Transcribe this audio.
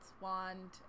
wand